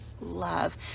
love